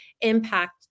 impact